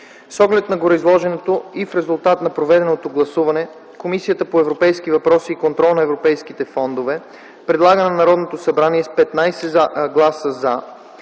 С оглед на гореизложеното и в резултат на проведеното гласуване, Комисията по европейските въпроси и контрол на европейските фондове предлага на Народното събрание с 15 гласа „за”